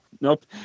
nope